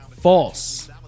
false